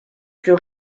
plus